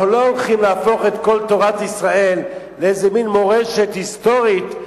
אנחנו לא הולכים להפוך את כל תורת ישראל לאיזה מין מורשת היסטורית,